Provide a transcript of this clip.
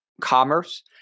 commerce